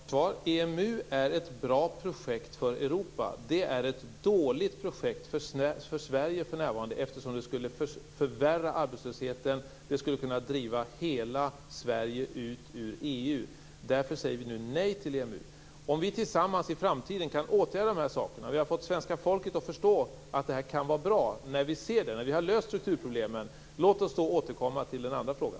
Fru talman! EMU är ett bra projekt för Europa. Det är ett dåligt projekt för Sverige för närvarande, eftersom det skulle förvärra arbetslösheten och kunna driva ut hela Sverige ur EU. Därför säger vi nu nej till EMU. Om vi i framtiden tillsammans kan åtgärda dessa förhållanden, lösa strukturproblemen och få svenska folket att förstå att det här kan vara bra, låt oss då återkomma till den andra frågan.